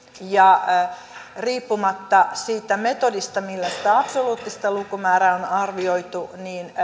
riippumatta siitä metodista millä sitä absoluuttista lukumäärää on arvioitu